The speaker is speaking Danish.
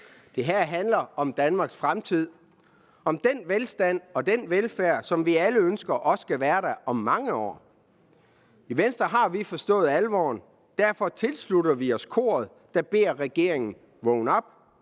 Det her handler om Danmarks fremtid, om den velstand og velfærd, som vi alle ønsker også skal være der om mange år. I Venstre har vi forstået alvoren. Derfor tilslutter vi os koret, der beder regeringen lægge